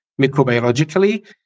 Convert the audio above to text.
microbiologically